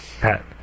Pat